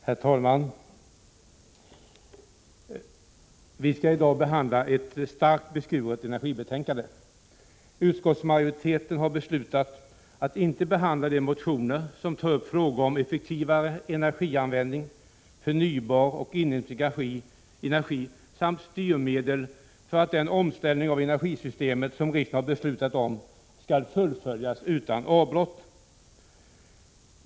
Herr talman! Vi skall i dag behandla ett starkt beskuret energibetänkande. Utskottsmajoriteten har beslutat att inte behandla de motioner där man tar upp frågor om effektivare energianvändning, förnybar och inhemsk energi samt styrmedel för att den omställning av energisystemet som riksdagen har beslutat om skall fullföljas utan avbrott.